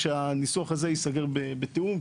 שהניסוח הזה ייסגר בתיאום,